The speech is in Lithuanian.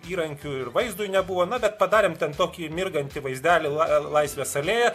įrankių ir vaizdui nebuvo na bet padarėm ten tokį mirgantį vaizdelį la laisvės alėja